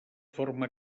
forma